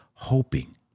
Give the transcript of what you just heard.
Hoping